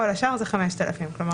כל השאר זה 5,000 שקל.